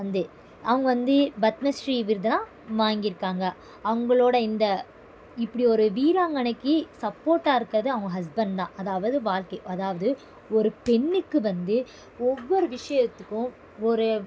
வந்து அவங்க வந்து பத்மஸ்ரீ விருதெல்லாம் வாங்கியிருக்காங்க அவங்களோட இந்த இப்படி ஒரு வீராங்கனைக்கு சப்போர்ட்டாக இருக்கிறதே அவங்க ஹஸ்பண்ட் தான் அதாவது வாழ்கை அதாவது ஒரு பெண்ணுக்கு வந்து ஒவ்வொரு விஷயத்துக்கும் ஒரு